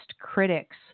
critics